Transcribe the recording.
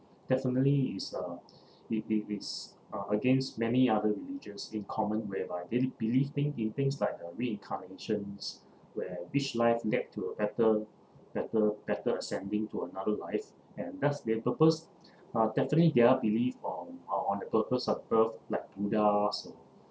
definitely it's uh it it it's uh against many other religions in common whereby they be~ believe thing in things like uh reincarnations where each life get to a better better better accepting to another life and thus their purpose uh definitely their belief on on on the purpose at earth like buddhas or